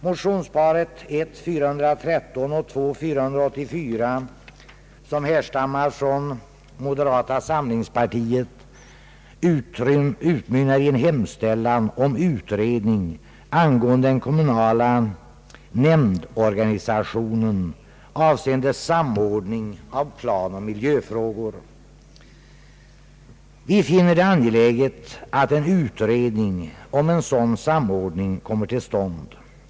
Motionsparet I: 413 och II: 484, som härstammar från moderata samlingspartiet, utmynnar i en hemställan om utredning angående den kommunala nämndorganisationen avseende samordning av planoch miljöfrågor. Vi finner det angeläget att en utredning om en sådan samordning kommer till stånd.